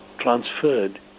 transferred